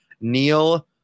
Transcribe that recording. Neil